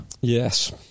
Yes